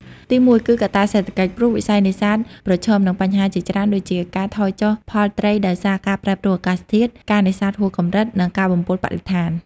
ទីមួយ គឺកត្តាសេដ្ឋកិច្ច ព្រោះវិស័យនេសាទប្រឈមនឹងបញ្ហាជាច្រើនដូចជា ការថយចុះផលត្រីដោយសារការប្រែប្រួលអាកាសធាតុ ការនេសាទហួសកម្រិត និងការបំពុលបរិស្ថាន។